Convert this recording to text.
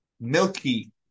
milky